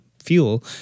fuel